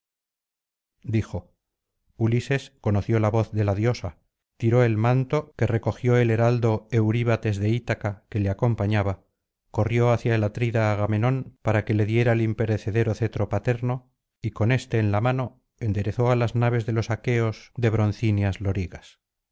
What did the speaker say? dijo ulises conoció la voz de la diosa tiró el manto que recogió el heraldo euríbates de ítaca que le acompañaba corrió hacia el atri da agamenón para que le diera el imperecedero cetro paterno y con éste en la mano enderezó á las naves de los aqueos de broncíneas lorigas